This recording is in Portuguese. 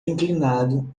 inclinado